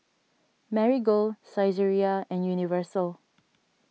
Marigold Saizeriya and Universal